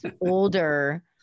older